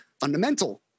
fundamental